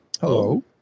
Hello